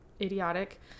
idiotic